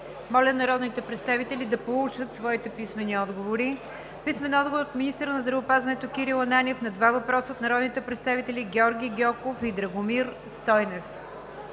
Моля народните представители да получат своите писмени отговори. Писмени отговори от: - министъра на здравеопазването Кирил Ананиев на два въпроса от народните представители Георги Гьоков и Драгомир Стойнев;